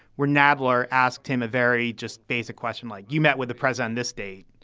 where nadler asked him a very just basic question, like you met with the president this day.